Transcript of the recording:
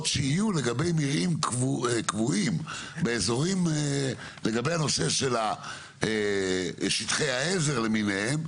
שיהיו לגבי מרעים קבועים באזורים לגבי הנושא של שטחי העזר למיניהם